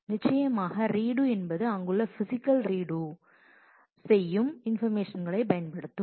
நிச்சயமாக ரீடு என்பது அங்குள்ள பிசிக்கல் ரீடு செய்யும் இன்ஃபர்மேஷன்களை பயன்படுத்தும்